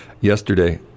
Yesterday